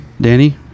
Danny